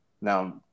Now